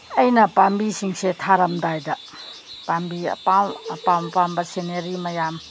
ꯑꯩꯅ ꯄꯥꯝꯕꯤꯁꯤꯡꯁꯦ ꯊꯥꯔꯝꯗꯥꯏꯗ ꯄꯥꯝꯕꯤ ꯑꯄꯥꯝ ꯑꯄꯥꯝ ꯑꯄꯥꯝꯕ ꯁꯤꯅꯔꯤ ꯃꯌꯥꯝ